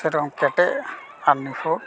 ᱥᱮᱨᱚᱠᱚᱢ ᱠᱮᱴᱮᱡ ᱟᱨ ᱱᱤᱯᱷᱩᱴ